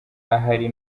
ahari